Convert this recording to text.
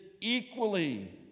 equally